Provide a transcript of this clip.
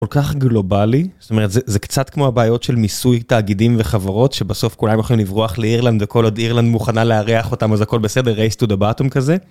כל כך גלובלי, זאת אומרת זה קצת כמו הבעיות של מיסוי תאגידים וחברות שבסוף כולם יכולים לברוח לאירלנד וכל עוד אירלנד מוכנה לארח אותם אז הכל בסדר race to the bottom כזה.